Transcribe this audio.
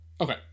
Okay